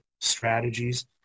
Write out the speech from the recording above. strategies